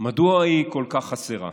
מדוע היא כל כך חסרה?